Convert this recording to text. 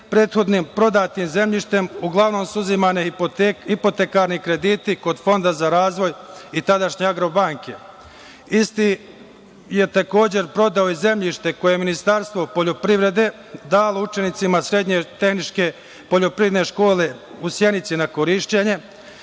prethodnim prodatim zemljištem uglavnom su uzimani hipotekarni krediti kod Fonda za razvoj i tadašnje „Agrobanke“. Isti je takođe prodao i zemljište koje je Ministarstvo poljoprivrede dalo učenicima Srednje tehničke poljoprivredne škole u Sjenici na korišćenje